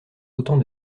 autant